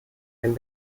wenn